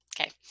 Okay